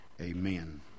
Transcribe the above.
amen